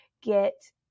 get